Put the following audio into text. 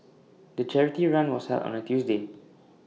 the charity run was held on A Tuesday